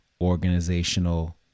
organizational